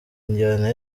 injyana